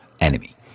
enemy